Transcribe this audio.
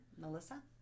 Melissa